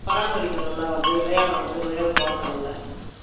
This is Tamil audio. பராமரிக்கும் எல்லாம் வந்து விளையாடும் அதுகளே தோட்டத்துங்களில்